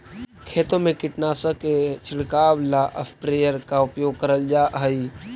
खेतों में कीटनाशक के छिड़काव ला स्प्रेयर का उपयोग करल जा हई